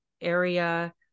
area